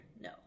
No